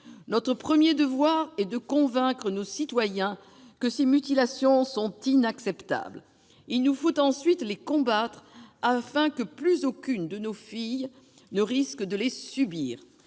Notre premier devoir est de convaincre nos concitoyens que ces mutilations sont inacceptables. Il nous faut ensuite les combattre afin que plus aucune de nos filles ne risque de les subir.